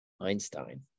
Einstein